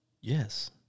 Yes